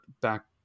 back